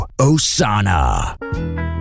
Osana